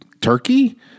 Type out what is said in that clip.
turkey